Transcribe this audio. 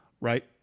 Right